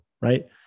right